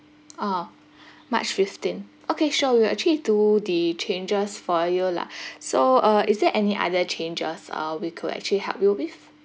ah march fifteen okay sure we'll actually do the changes for you lah so uh is there any other changes uh we could actually help you with